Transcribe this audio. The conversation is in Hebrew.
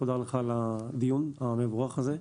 תודה לך על הדיון המבורך הזה.